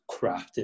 crafted